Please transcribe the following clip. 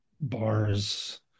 bars